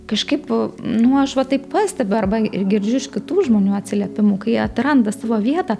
kažkaip nu aš va taip pastebiu arba ir girdžiu iš kitų žmonių atsiliepimų kai atranda savo vietą